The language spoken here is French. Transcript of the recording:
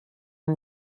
une